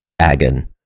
Agon